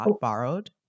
borrowed